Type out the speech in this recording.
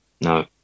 No